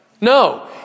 No